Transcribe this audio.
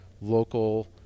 local